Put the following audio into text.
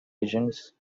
agents